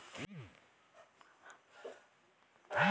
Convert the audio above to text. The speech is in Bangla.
ধূসরজাতীয় যে শস্য তাকে আমরা মুক্তো বাজরা বা মিলেট বলি